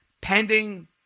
pending